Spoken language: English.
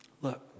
look